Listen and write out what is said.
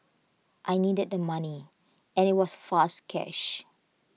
I needed the money and IT was fast cash